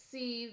See